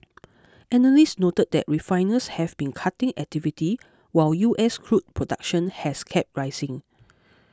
analysts noted that refiners have been cutting activity while U S crude production has kept rising